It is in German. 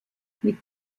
mit